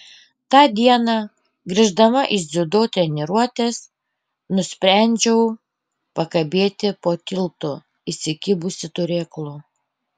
tą dieną grįždama iš dziudo treniruotės nusprendžiau pakabėti po tiltu įsikibusi turėklų